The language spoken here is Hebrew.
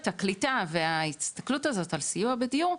הקליטה וההסתכלות הזאת על סיוע בדיור,